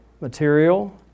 material